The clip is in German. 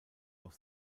auf